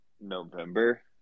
November